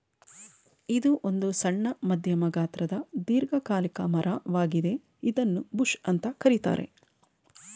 ಇದು ಒಂದು ಸಣ್ಣ ಮಧ್ಯಮ ಗಾತ್ರದ ದೀರ್ಘಕಾಲಿಕ ಮರ ವಾಗಿದೆ ಇದನ್ನೂ ಬುಷ್ ಅಂತ ಕರೀತಾರೆ